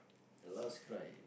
last cry